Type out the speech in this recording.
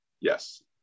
Yes